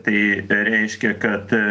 tai reiškia kad